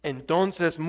Entonces